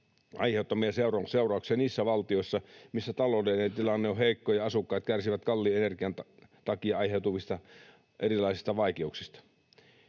aiheuttamia seurauksia niissä valtioissa, missä taloudellinen tilanne on heikko ja asukkaat kärsivät kalliin energian takia aiheutuvista erilaisista vaikeuksista.